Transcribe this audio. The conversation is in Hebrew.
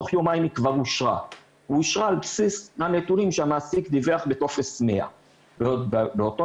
היא אושרה על בסיס הנתונים שהמעסיק דיווח בטופס 100. באותו